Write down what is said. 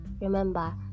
remember